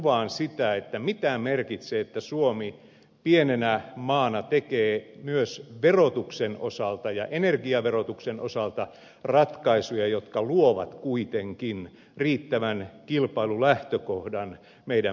tällä kuvaan sitä mitä merkitsee että suomi pienenä maana tekee myös verotuksen osalta ja energiaverotuksen osalta ratkaisuja jotka luovat kuitenkin riittävän kilpailulähtökohdan meidän menestymisellemme